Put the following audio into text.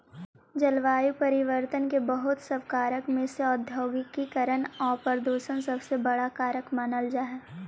जलवायु परिवर्तन के बहुत सब कारक में से औद्योगिकीकरण आउ प्रदूषण सबसे बड़ा कारक मानल जा हई